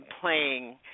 playing